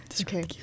Okay